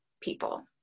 people